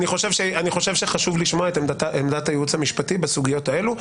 אני חושב שחשוב לשמוע את עמדת הייעוץ המשפטי בסוגיות האלה,